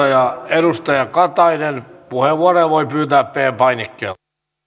edustaja katainen puheenvuoroja voi pyytää p painikkeella